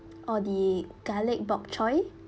or the garlic bok choy